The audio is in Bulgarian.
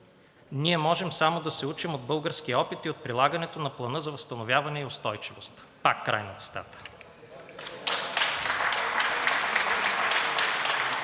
Ние можем само да се учим от българския опит и от прилагането на Плана за възстановяване и устойчивост.“ Пак край на цитата.